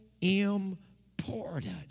important